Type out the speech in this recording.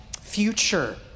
future